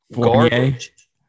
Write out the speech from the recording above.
Garbage